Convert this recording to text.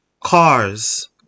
cars